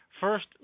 First